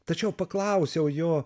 tačiau paklausiau jo